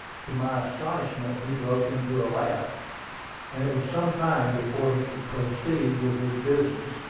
to my astonishment, he broke into a laugh and it was some time before he could proceed with his business.